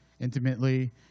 intimately